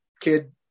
kid